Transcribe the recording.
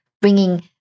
bringing